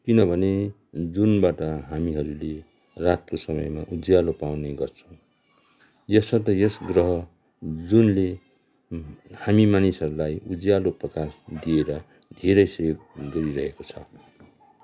किनभने जुनबाट हामीहरूले रातको समय उज्यालो पाउने गर्छन् यसर्थ यस ग्रह अथवा जुनले हामी मानिसहरूलाई उज्यालो प्रकाश दिएर धेरै सेभ गरिरहेको छ